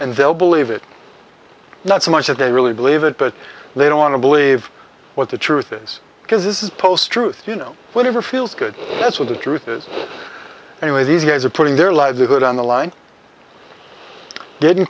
and they'll believe it not so much that they really believe it but they don't want to believe what the truth is because this is post truth you know whatever feels good that's what the truth is and these guys are putting their livelihood on the line didn't